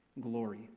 glory